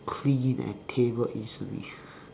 clean and table easily